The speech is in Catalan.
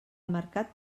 mercat